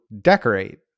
decorate